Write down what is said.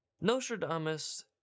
Nostradamus